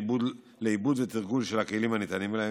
לעיבוד ולתרגול של הכלים הניתנים להם,